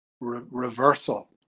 reversal